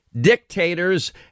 dictators